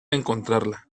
encontrarla